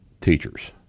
teachers